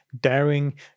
daring